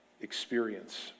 experience